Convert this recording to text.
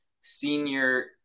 senior